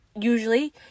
Usually